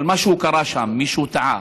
אבל משהו קרה שם, מישהו טעה,